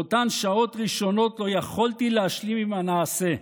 באותן שעות ראשונות לא יכולתי להשלים עם הנעשה,